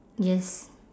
yes